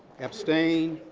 abstain.